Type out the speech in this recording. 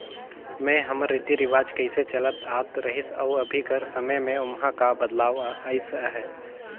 में हमर रीति रिवाज कइसे चलत आत रहिस अउ अभीं कर समे में ओम्हां का बदलाव अइस अहे